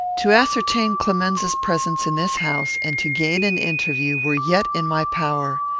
to ascertain clemenza's presence in this house, and to gain an interview, were yet in my power.